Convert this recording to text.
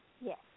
Yes